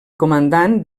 comandant